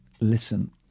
listen